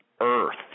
earth